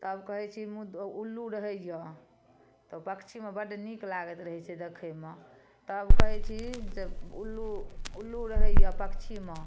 तब कहै छी मु उल्लू रहैए तऽ पक्षीमे बड़ नीक लागैत रहै छै देखैमे तब कहै छी से उल्लू उल्लू रहैए पक्षीमे